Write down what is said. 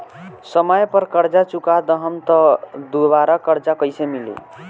समय पर कर्जा चुका दहम त दुबाराकर्जा कइसे मिली?